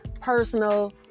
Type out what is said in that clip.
personal